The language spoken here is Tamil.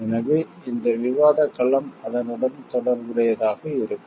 எனவே இந்த விவாத களம் அதனுடன் தொடர்புடையதாக இருக்கும்